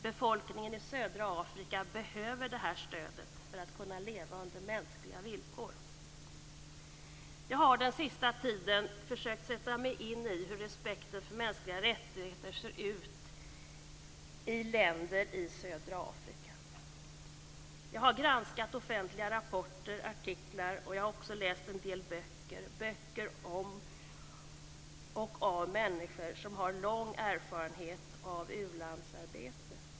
Befolkningen i södra Afrika behöver det här stödet för att kunna leva under mänskliga villkor. Jag har under den senaste tiden försökt att sätta mig in i hur respekten för mänskliga rättigheter ser ut i länder i södra Afrika. Jag har granskat offentliga rapporter och artiklar, och jag har läst en del böcker - böcker om och av människor som har lång erfarenhet av u-landsarbete.